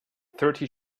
thirty